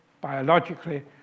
biologically